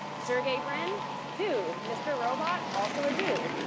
sergey brin? dude. mr. robot? also a dude.